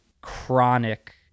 chronic